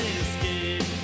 escape